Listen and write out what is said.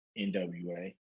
NWA